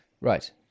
Right